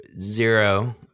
zero